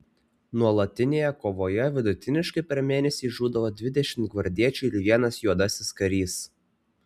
nuolatinėje kovoje vidutiniškai per mėnesį žūdavo dvidešimt gvardiečių ir vienas juodasis karys